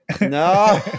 No